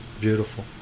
beautiful